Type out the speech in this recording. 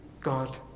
God